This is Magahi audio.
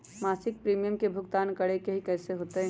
मासिक प्रीमियम के भुगतान करे के हई कैसे होतई?